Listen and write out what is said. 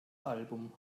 album